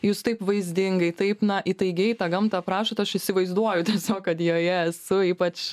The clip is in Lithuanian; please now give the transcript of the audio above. jūs taip vaizdingai taip na įtaigiai tą gamtą aprašot aš įsivaizduoju tiesiog kad joje esu ypač